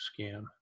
scam